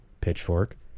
pitchfork